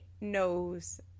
knows